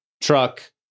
truck